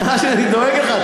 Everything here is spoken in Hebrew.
אני דואג לך.